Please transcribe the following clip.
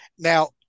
Now